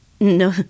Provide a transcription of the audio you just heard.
no